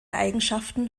eigenschaften